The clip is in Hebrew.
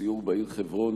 סיור בעיר חברון,